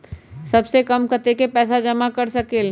सबसे कम कतेक पैसा जमा कर सकेल?